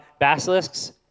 Basilisks